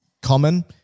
common